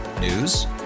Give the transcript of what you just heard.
News